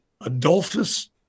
Adolphus